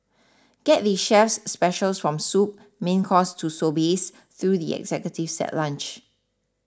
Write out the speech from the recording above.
get the chef's specials from soup main course to sorbets through the executive set lunch